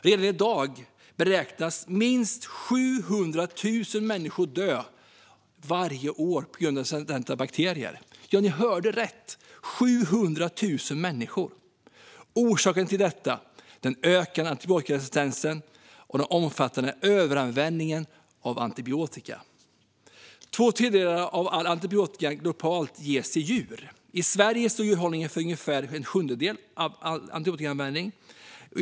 Redan i dag beräknas minst 700 000 människor dö varje år på grund av resistenta bakterier. Ja, ni hörde rätt: 700 000 människor. Orsaken till den ökande antibiotikaresistensen är den omfattande överanvändningen av antibiotika. Två tredjedelar av all antibiotika globalt ges till djur. I Sverige står djurhållningen för ungefär en sjundedel av antibiotikaanvändningen.